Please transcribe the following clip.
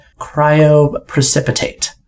cryoprecipitate